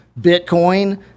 Bitcoin